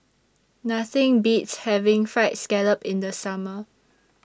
Nothing Beats having Fried Scallop in The Summer